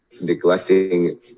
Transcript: neglecting